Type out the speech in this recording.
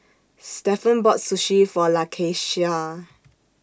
Stephen bought Sushi For Lakeisha